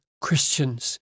Christians